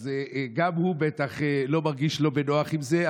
אז גם הוא בטח לא מרגיש לא בנוח עם זה.